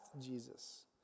Jesus